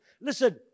Listen